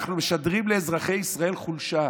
אנחנו משדרים לאזרחי ישראל חולשה.